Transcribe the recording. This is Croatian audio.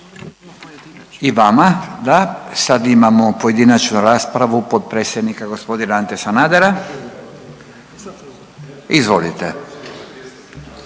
I vama. Sad imamo pojedinačnu raspravu potpredsjednika gospodina Ante Sanadera. Izvolite.